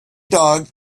dog